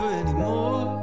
anymore